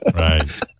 Right